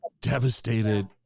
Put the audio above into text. devastated